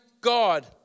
God